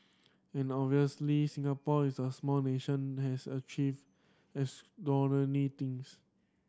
and obviously Singapore is a small nation that has achieved extraordinary things